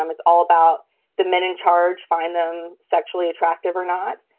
um it's all about the men in charge. find them sexually attractive or not.